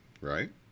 right